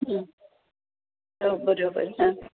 हो बरोबर हां